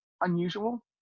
unusual